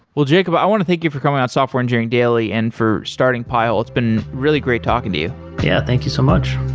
well, jacob i want to thank you for coming on software engineering daily and for starting pi-hole. it's been really great talking to you yeah. thank you so much